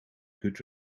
could